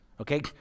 okay